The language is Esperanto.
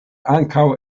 ankaŭ